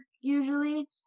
usually